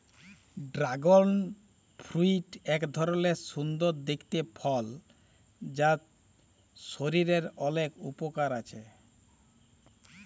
dragon fruit এক ধরলের সুন্দর দেখতে ফল যার শরীরের অলেক উপকার আছে